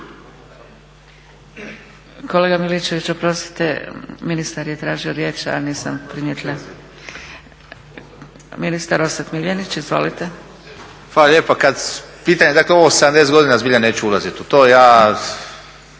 Kolega Miličević, oprostite, ministar je tražio riječ, a nisam primijetila. Ministar Orsat Miljenić. Izvolite. **Miljenić, Orsat** Hvala lijepa. Pitanje, dakle ovo 70 godina, zbilja neću ulaziti u to, ja